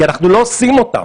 כי אנחנו לא עושים אותן,